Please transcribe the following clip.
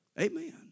Amen